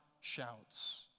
shouts